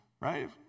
right